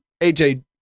AJ